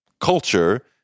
culture